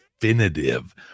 definitive